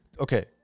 Okay